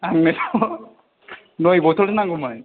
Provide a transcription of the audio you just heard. आंनो नय बथ'ल नांगौमोन